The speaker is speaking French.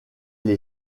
les